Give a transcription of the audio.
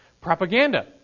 propaganda